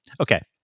Okay